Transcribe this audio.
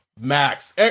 Max